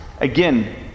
again